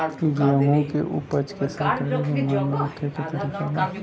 गेहूँ के ऊपज के सरकारी गोदाम मे रखे के का तरीका बा?